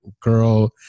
girl